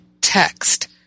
text